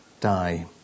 die